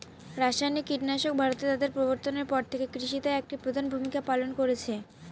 রাসায়নিক কীটনাশক ভারতে তাদের প্রবর্তনের পর থেকে কৃষিতে একটি প্রধান ভূমিকা পালন করেছে